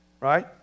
Right